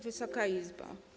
Wysoka Izbo!